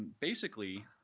basically,